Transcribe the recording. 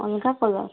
ଅଲ୍ଗା କଲର୍